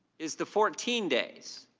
is the fourteen days,